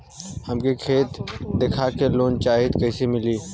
हमके खेत देखा के लोन चाहीत कईसे मिली?